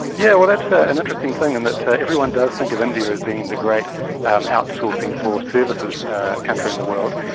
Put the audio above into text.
yeah well that's ah an interesting thing in that everyone does think of india as being the great um outsourcing for services country in the world,